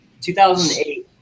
2008